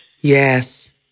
Yes